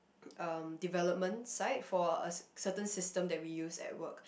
um development side for a certain system that we use at work